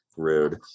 rude